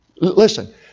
listen